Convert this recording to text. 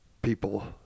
People